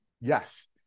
yes